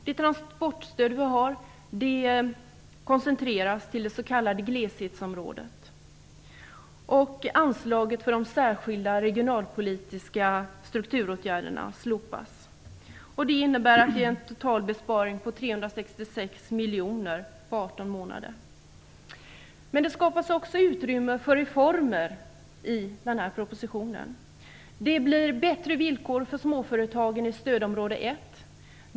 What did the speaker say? Det transportstöd vi har koncentreras till det s.k. gleshetsområdet. Anslaget för de särskilda regionalpolitiska strukturåtgärderna slopas. Det innebär en total besparing på 366 miljoner på 18 månader. Men det skapas också utrymme för reformer i den här propositionen. Det blir bättre villkor för småföretagen i stödområde 1.